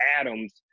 Adams